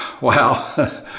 Wow